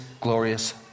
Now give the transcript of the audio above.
glorious